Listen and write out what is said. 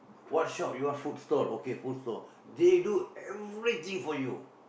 what shop you want food stall okay food stall they do everything for you